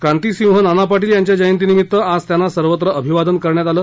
क्रांतिसिंह नाना पाटील यांच्या जयंतीनिमित्त आज त्यांना सर्वत्र अभिवादन करण्यात आलं